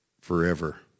forever